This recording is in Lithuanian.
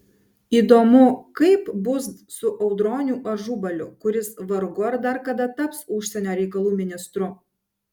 įdomu kaip bus su audroniu ažubaliu kuris vargu ar dar kada taps užsienio reikalų ministru